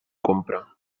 compra